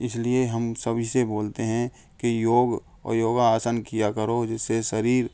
इसलिए हम सभी से बोलते हैं कि योग और योगा आसन किया करो जिससे शरीर